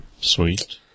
sweet